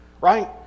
right